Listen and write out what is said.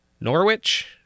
Norwich